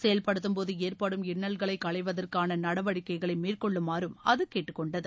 செயல்படுத்தும்போது ஏற்படும் இன்னல்களை களைவதற்கான நடவடிக்கைகளை மேற்கொள்ளுமாறும் அது கேட்டுக்கொண்டது